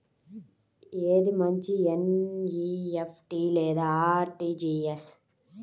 ఏది మంచి ఎన్.ఈ.ఎఫ్.టీ లేదా అర్.టీ.జీ.ఎస్?